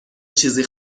چیزی